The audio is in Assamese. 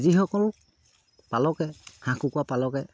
যিসকল পালকে হাঁহ কুকুৰা পালকে